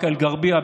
בבאקה אל-גרביה,